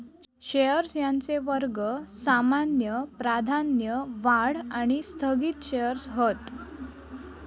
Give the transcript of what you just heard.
shares यांचे वर्ग सामान्य, प्राधान्य, वाढ आणि स्थगित शेअर्स हत